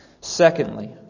Secondly